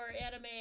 anime